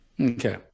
Okay